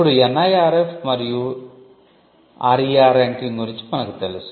ఇప్పుడు NIRF మరియు ARIIA ranking గురించి మనకు తెలుసు